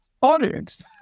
audience